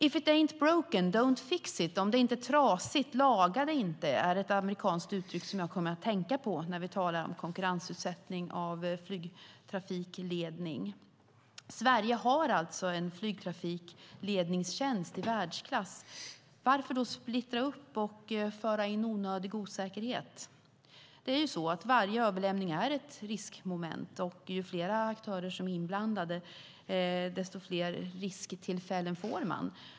If it ain't broke, don't fix it - om det inte är trasigt, laga det inte. Det är ett amerikanskt uttryck som jag kommer att tänka på när vi talar om konkurrensutsättning av flygtrafikledning. Sverige har en flygtrafikledningstjänst i världsklass. Varför då splittra upp och föra in onödig osäkerhet? Varje överlämning är ett riskmoment. Ju fler aktörer som är inblandade, desto fler risktillfällen får man.